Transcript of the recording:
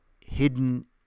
hidden